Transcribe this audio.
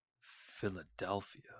Philadelphia